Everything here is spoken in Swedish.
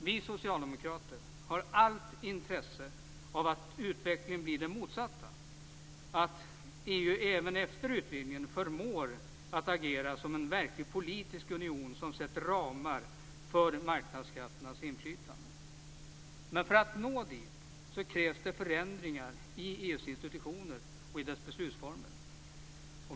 Vi socialdemokrater har allt intresse av att utvecklingen blir den motsatta, att EU även efter utvidgningen förmår agera som en verklig politisk union, som sätter ramar för marknadskrafternas inflytande. Men för att nå dit krävs det förändringar i EU:s institutioner och i dess beslutsformer.